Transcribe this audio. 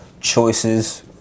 choices